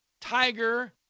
Tiger